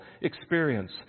experience